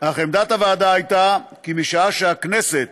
אך עמדת הוועדה הייתה כי משעה שהכנסת